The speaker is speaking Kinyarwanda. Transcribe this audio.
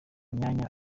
imyanya